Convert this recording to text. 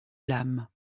l’âme